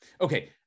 Okay